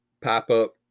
Pop-up